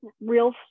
real